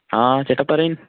ആ ചേട്ടാ പറയ്